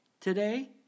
today